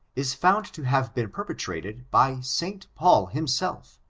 is found to have been perpetrated by st. paul himself,